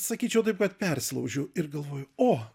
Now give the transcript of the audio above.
sakyčiau taip pat persilaužiu ir galvoju o